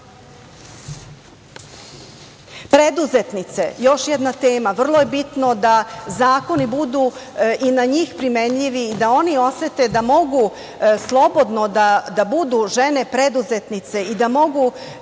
života. Preduzetnice, još jedna od tema, vrlo je bitno da zakoni budu i na njih primenjivi i da oni osete da mogu slobodno da budu žene preduzetnice i da mogu